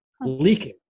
leaking